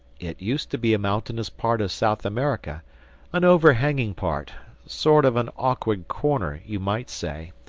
it used to be a mountainous part of south america an overhanging part sort of an awkward corner, you might say.